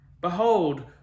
behold